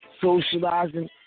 socializing